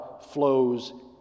flows